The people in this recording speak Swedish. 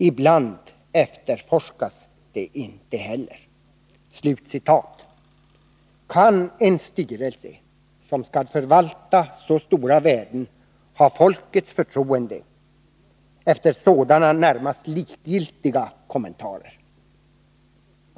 Ibland efterforskas de inte heller.” Kan en styrelse som skall förvalta så stora värden ha folkets förtroende efter sådana närmast likgiltiga kommentarer?